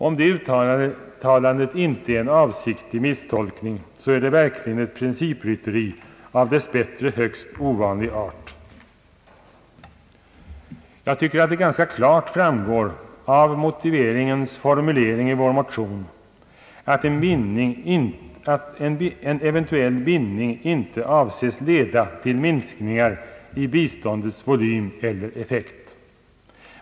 Om detta uttalande inte är en avsiktlig misstolkning, så är det verkligen ett principrytteri av dess bättre högst ovanlig art. Jag tycker att det ganska klart framgår av motiveringens formulering i vår motion att en eventuell bindning inte avses leda till minskningar i biståndets volym eller effekt.